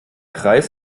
kreis